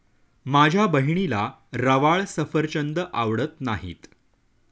माझ्या बहिणीला रवाळ सफरचंद आवडत नाहीत